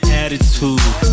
attitude